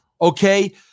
Okay